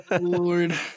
Lord